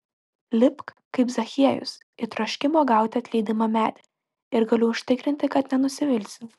lipk kaip zachiejus į troškimo gauti atleidimą medį ir galiu užtikrinti kad nenusivilsi